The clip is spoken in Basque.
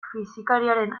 fisikariaren